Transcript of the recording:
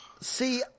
See